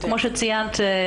כמו שציינת,